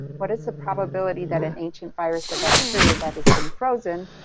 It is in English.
what is the probability that an ancient virus or bacteria that has been frozen,